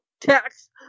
tax